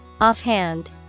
Offhand